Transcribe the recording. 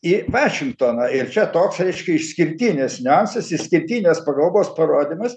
į vašingtoną ir čia toks reiškia išskirtinis niuansas išskirtinės pagarbos parodymas